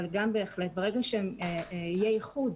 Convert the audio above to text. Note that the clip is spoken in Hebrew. אבל גם ברגע שיהיה איחוד,